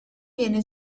viene